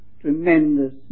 tremendous